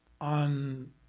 on